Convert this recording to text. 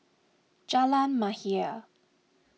Jalan Mahir